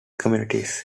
communities